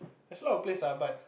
there's a lot place lah but